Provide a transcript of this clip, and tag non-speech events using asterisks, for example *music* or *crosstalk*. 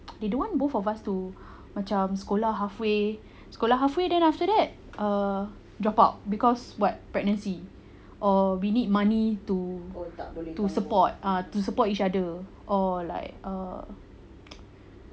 they don't want both of us to macam sekolah halfway sekolah halfway then after that err drop out because what pregnancy or we need money to to support ah to support each other or like err *noise*